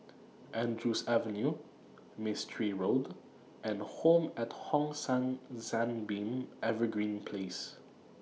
Andrews Avenue Mistri Road and Home At Hong San Sunbeam Evergreen Place